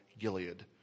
Gilead